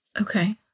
okay